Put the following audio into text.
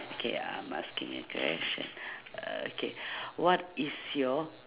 okay I'm asking a question uh k what is your